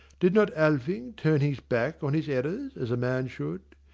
did not alving turn his back on his errors, as a man should?